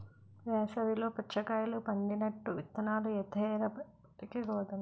వేసవి లో పుచ్చకాయలు పండినట్టు విత్తనాలు ఏత్తె రాబడికి లోటుండదు